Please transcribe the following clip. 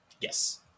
Yes